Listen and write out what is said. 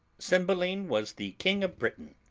cymbeline was the king of britain.